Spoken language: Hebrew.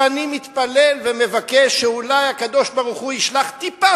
ואני מתפלל ומבקש שאולי הקדוש-ברוך-הוא ישלח טיפה